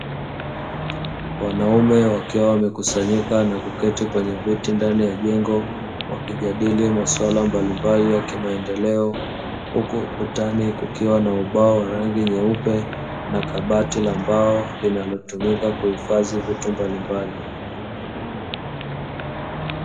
Wanaume wakiwa wamekusanyika na kuketi kwenye viti ndani ya jengo wakijadili masuala mbalimbali ya kimaendeleo, huku utani kukiwa na ubao wa rangi nyeupe na kabati la mbao linalotumika kuhifadhi mitumba mbalimbali.